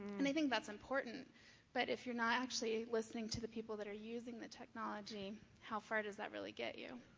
and i think that's important but if you're not actually listening to the people that are using the technology, how far does that really get you?